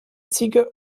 ziege